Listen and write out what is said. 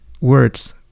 words